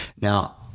Now